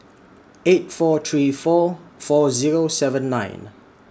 eight four three four four Zero seven nine